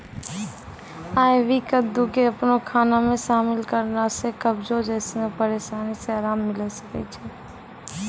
आइ.वी कद्दू के अपनो खाना मे शामिल करला से कब्जो जैसनो परेशानी से अराम मिलै सकै छै